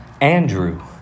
Andrew